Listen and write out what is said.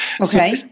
Okay